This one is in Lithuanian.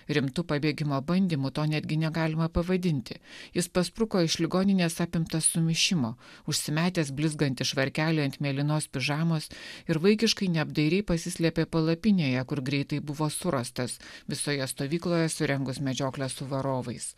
rimtu pabėgimo bandymu to netgi negalima pavadinti jis paspruko iš ligoninės apimtas sumišimo užsimetęs blizgantį švarkelį ant mėlynos pižamos ir vaikiškai neapdairiai pasislėpė palapinėje kur greitai buvo surastas visoje stovykloje surengus medžioklę su varovais